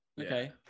okay